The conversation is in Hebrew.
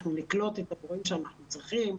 אנחנו נקלוט את המורים שאנחנו צריכים.